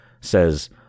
says